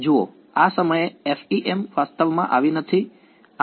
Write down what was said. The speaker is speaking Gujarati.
જુઓ આ સમયે FEM વાસ્તવમાં આવી નથી